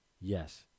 yes